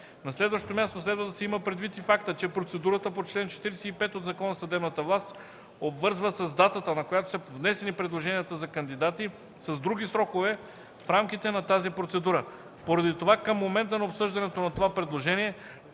На следващо място, следва да се има предвид и фактът, че процедурата по чл. 45 от Закона за съдебната власт обвързва с датата, на която са внесени предложенията за кандидати, с други срокове в рамките на тази процедура. Поради това към момента на обсъждането на това предложение